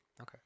Okay